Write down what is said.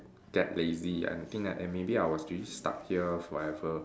get lazy and think that eh maybe I was really stuck here forever